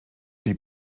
die